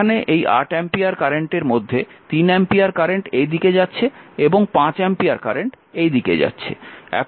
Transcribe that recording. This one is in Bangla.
এখানে এই 8 অ্যাম্পিয়ার কারেন্টের মধ্যে 3 অ্যাম্পিয়ার কারেন্ট এই দিকে যাচ্ছে এবং 5 অ্যাম্পিয়ার কারেন্ট এই দিকে যাচ্ছে